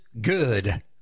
good